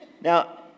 Now